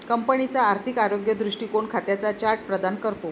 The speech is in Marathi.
कंपनीचा आर्थिक आरोग्य दृष्टीकोन खात्यांचा चार्ट प्रदान करतो